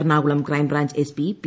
Ernakulam crime branch SP P